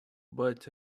but